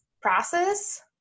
process